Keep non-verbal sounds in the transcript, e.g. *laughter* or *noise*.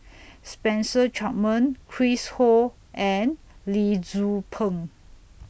*noise* Spencer Chapman Chris Ho and Lee Tzu Pheng